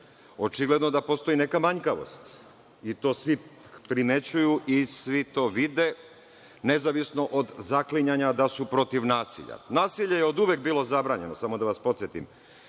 očigledno da postoji neka manjkavost, i to svi primećuju i to svi vide, nezavisno od zaklinjanja da su protiv nasilja. Nasilje je oduvek bilo zabranjeno, samo da vas podsetim.